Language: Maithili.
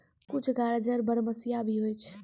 कुछ गाजर बरमसिया भी होय छै